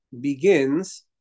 begins